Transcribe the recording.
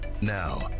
Now